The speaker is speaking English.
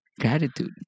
gratitude